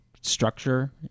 structure